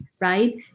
right